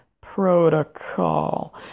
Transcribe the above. protocol